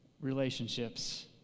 relationships